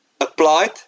applied